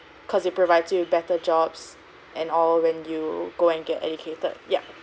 because it provides you a better jobs and all when you go and get educated yeah